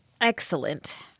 Excellent